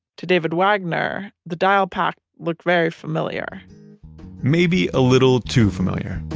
to david wagner, the dial pack looked very familiar maybe a little too familiar.